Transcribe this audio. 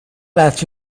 let